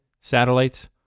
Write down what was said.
satellites